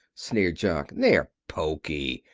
sneered jock. they're poky.